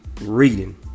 reading